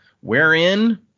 wherein